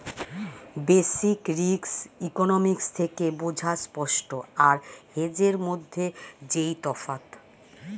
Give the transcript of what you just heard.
basic risk economics থেকে বোঝা spot আর হেজের মধ্যে যেই তফাৎ